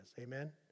Amen